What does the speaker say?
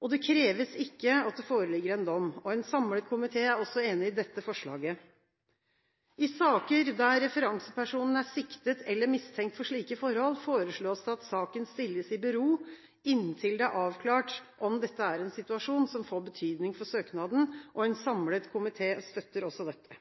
og det kreves ikke at det foreligger en dom. En samlet komité er også enig i dette forslaget. I saker der referansepersonen er siktet eller mistenkt for slike forhold, foreslås det at saken stilles i bero inntil det er avklart om dette er en situasjon som får betydning for søknaden. En samlet komité støtter også dette.